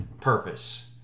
purpose